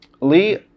lee